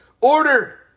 order